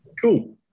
Cool